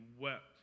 wept